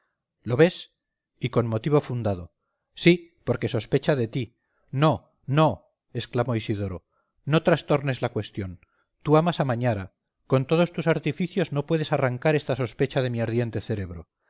lo ves y con motivo fundado sí porque sospecha de ti no no exclamó isidoro no trastornes la cuestión tú amas a mañara con todos tus artificios no puedes arrancar esta sospecha de mi ardiente cerebro